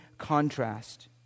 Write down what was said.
Contrast